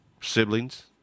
siblings